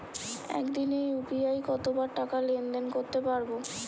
একদিনে ইউ.পি.আই কতবার টাকা লেনদেন করতে পারব?